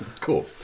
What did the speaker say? cool